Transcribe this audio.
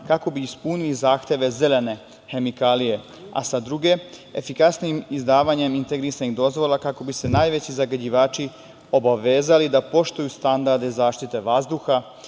kako bi ispunili zahteve zelene hemikalije, a sa druge efikasnijim izdavanjem integrisanih dozvola kako bi se najveći zagađivači obavezali da poštuju standarde zaštite vazduha,